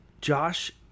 Josh